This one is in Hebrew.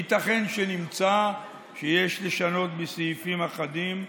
ייתכן שנמצא שיש לשנות בסעיפים אחדים.